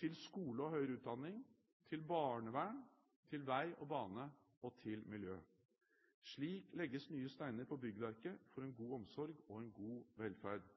til skole og høyere utdanning til barnevern til vei og bane til miljø Slik legges nye steiner på byggverket for en god omsorg og en god velferd.